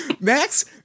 Max